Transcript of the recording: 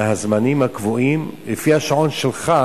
מהזמנים הקבועים לפי השעון שלך,